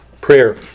prayer